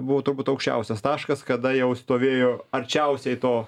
buvo turbūt aukščiausias taškas kada jau stovėjo arčiausiai to